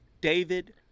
David